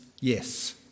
yes